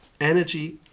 energy